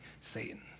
Satan